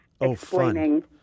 Explaining